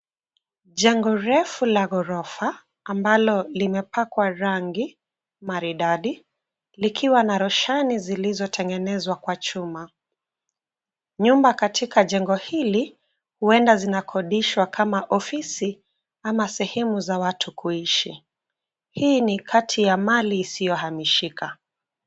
Jengo refu la ghorofa, ambalo limepakwa rangi maridadi likiwa na roshani zilizotengenezwa kwa chuma. Nyumba katika jengo hili huenda zinakodishwa kama ofisi ama sehemu za watu kuishi. Hii ni kati ya mali isiyohamishika.